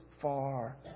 far